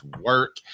work